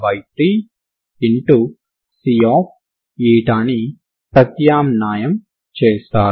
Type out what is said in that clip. Cని ప్రత్యామ్నాయం చేస్తారు